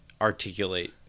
articulate